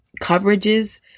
coverages